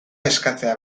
eskatzea